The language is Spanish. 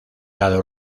lado